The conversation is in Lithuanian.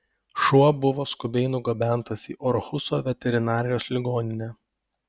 šuo buvo skubiai nugabentas į orhuso veterinarijos ligoninę